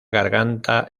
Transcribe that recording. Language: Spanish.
garganta